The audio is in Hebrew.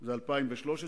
זה 2013,